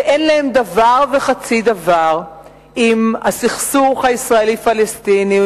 שאין להם דבר וחצי דבר עם הסכסוך הישראלי-פלסטיני,